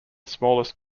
smallest